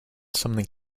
something